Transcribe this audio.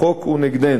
החוק הוא נגדנו.